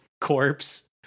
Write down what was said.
corpse